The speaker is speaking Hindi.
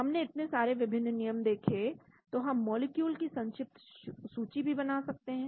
हमने इतने सारे विभिन्न नियम देखें तो हम मॉलिक्यूल की संक्षिप्त सूची भी बना सकते हैं